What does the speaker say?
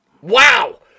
Wow